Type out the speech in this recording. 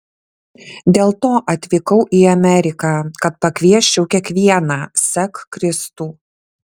dėl to atvykau į ameriką kad pakviesčiau kiekvieną sek kristų